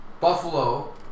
Buffalo